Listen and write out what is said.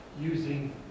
using